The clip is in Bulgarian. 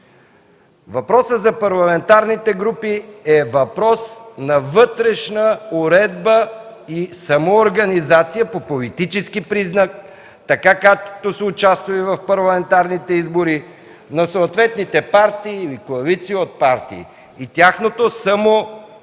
Въпросът за парламентарните групи е въпрос на вътрешна уредба и самоорганизация по политически признак, както са участвали в парламентарните избори на съответните партии или коалиции от партии и тяхното самоорганизиране.